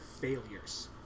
failures